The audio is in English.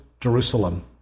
Jerusalem